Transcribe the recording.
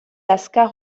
azkar